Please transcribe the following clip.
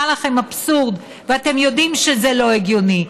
לכם אבסורד ואתם יודעים שזה לא הגיוני,